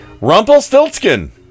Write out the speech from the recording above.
Rumpelstiltskin